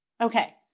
Okay